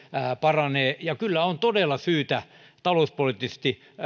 paranee ja kyllä on todella syytä talouspoliittisesti